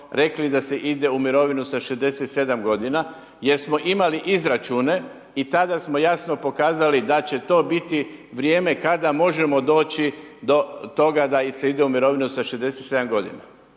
rekli da se ide u mirovinu sa 67 g. jer smo imali izračune i tada smo jasno pokazali da će to biti vrijeme kada možemo doći do toga da se ide u mirovinu sa 67 g.